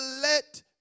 let